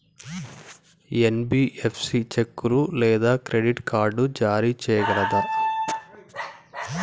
NBFC చెక్కులు లేదా credit card జారీ చేయగలదా?